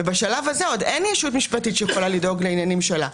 בשלב הזה עוד אין ישות משפטית שיכולה לדאוג לעניינים שלה,